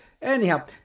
Anyhow